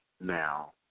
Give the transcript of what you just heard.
now